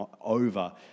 over